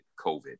COVID